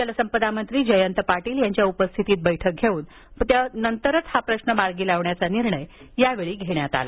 जलसंपदा मंत्री जयंत पाटील यांच्या उपस्थितीत बैठक घेऊन हा प्रश्न मार्गी लावण्याचा निर्णय यावेळी घेण्यात आला